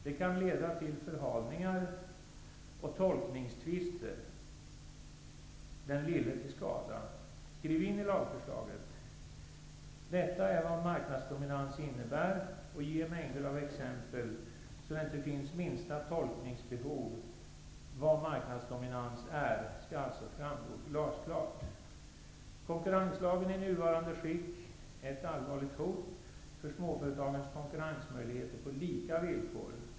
Det kan leda till förhalningar och tolkningstvister där den lille kommer till skada. Skriv in i lagförslaget vad marknadsdominans innebär och ge mängder av exempel. Det får inte finnas minsta tolkningsbehov. Det skall alltså framgå glasklart vad marknadsdominans är. Konkurrenslagen i nuvarande skick är ett allvarligt hot mot småföretagens konkurrensmöjligheter på lika villkor.